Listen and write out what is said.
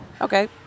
okay